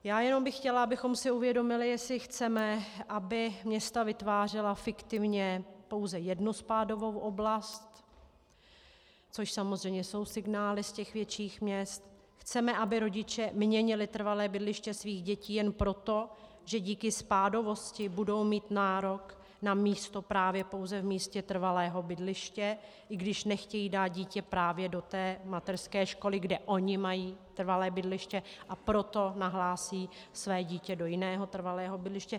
Já bych jen chtěla, abychom si uvědomili, jestli chceme, aby města vytvářela fiktivně pouze jednu spádovou oblast, což samozřejmě jsou signály z těch větších měst, chceme, aby rodiče měnili trvalé bydliště svých dětí jen proto, že díky spádovosti budou mít nárok na místo právě pouze v místě trvalého bydliště, i když nechtějí dát dítě práv do té mateřské školy, kde oni mají trvalé bydliště, a proto nahlásí své dítě do jiného trvalého bydliště.